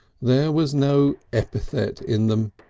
there was no epithet in them.